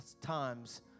times